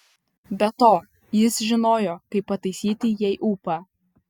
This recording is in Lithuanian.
be to jis žinojo kaip pataisyti jai ūpą